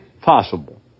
possible